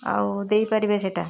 ଆଉ ଦେଇପାରିବେ ସେଟା